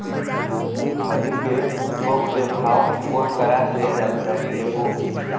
मूंगफली के थोक के भाव कोन करा से जानकारी लेबो?